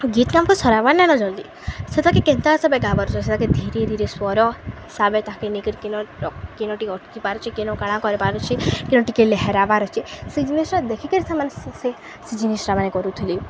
ଗୀତକୁ ସଜାବାର୍ ନାଇଁନ ଜଲଦି ସେଟାକେ କେନ୍ତା ହିସାବରେ ଗାପାରୁଚେ ସେକ ଧୀରେ ଧୀରେ ସ୍ୱର ହିସାବବେ ତା ନେଇକରି କେନ କେନ ଟିକେ ଅଟକି ପାରୁଛେ କେନ କାଣା କରିପାରୁଛେ କେନ ଟିକେ ଲେହେରାବେ ଅଛେ ସେ ଜିନିଷଟା ଦେଖିକିରି ସେମାନେ ସେ ସେ ଜିନିଷଟା ମାନେ କରୁଥିଲେ